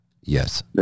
yes